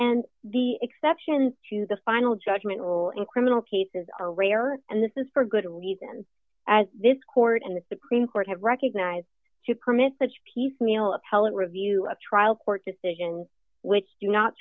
and the exceptions to the final judgment rule in criminal cases are rare and this is for good reason as this court and the supreme court have recognized to permit such piecemeal appellate review of trial court decisions which do not